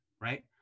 Right